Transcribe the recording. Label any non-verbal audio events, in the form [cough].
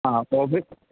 ആ [unintelligible]